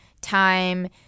time